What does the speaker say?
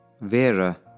Vera